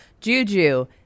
Juju